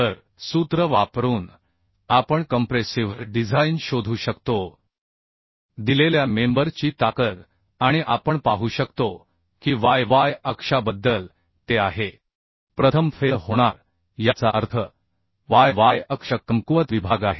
तर सूत्र वापरून आपण कंप्रेसिव्ह डिझाइन शोधू शकतो दिलेल्या मेंबरची ताकद आपण पाहू शकतो की y y अक्षाबद्दल ते आहे प्रथम फेल होणार याचा अर्थ yy अक्ष कमकुवत विभाग आहे